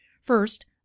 first